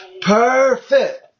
Perfect